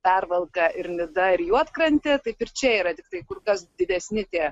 pervalka ir nida ir juodkrantė taip ir čia yra tiktai kur kas didesni tie